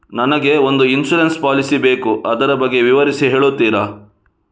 ನನಗೆ ಒಂದು insurance policy ಬೇಕು ಅದರ ಬಗ್ಗೆ ವಿವರಿಸಿ ಹೇಳುತ್ತೀರಾ?